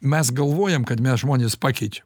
mes galvojam kad mes žmones pakeičiam